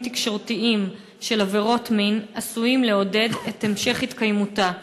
תקשורתיים של עבירות מין עשויים לעודד את המשך התקיימותה.